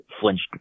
flinched